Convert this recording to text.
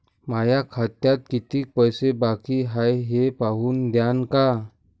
माया खात्यात कितीक पैसे बाकी हाय हे पाहून द्यान का?